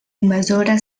invasora